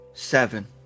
Seven